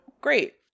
great